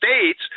states